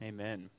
Amen